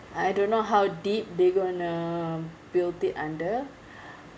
I don't know how deep they going to build it under